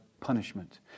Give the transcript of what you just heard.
punishment